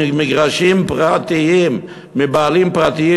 מגרשים פרטיים מבעלים פרטיים,